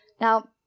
Now